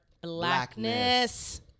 Blackness